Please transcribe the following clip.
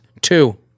Two